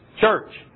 church